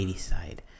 side